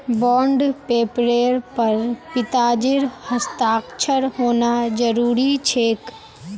bond पेपरेर पर पिताजीर हस्ताक्षर होना जरूरी छेक